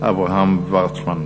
אבי וורצמן.